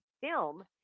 film